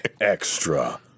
Extra